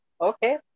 Okay